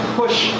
push